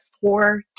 four